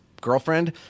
girlfriend